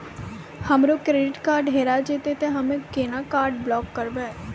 हमरो credit card हेरा जेतै ते हम्मय केना कार्ड ब्लॉक करबै?